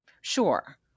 Sure